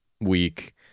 week